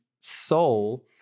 soul